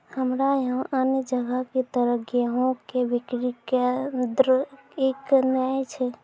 हमरा यहाँ अन्य जगह की तरह गेहूँ के बिक्री केन्द्रऽक नैय छैय?